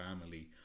family